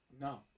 No